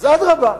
אז אדרבה,